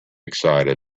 excited